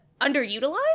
underutilized